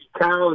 cows